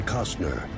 Costner